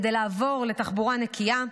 כדי לעבור לתחבורה נקייה,